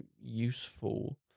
useful